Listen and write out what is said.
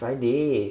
friday